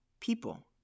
people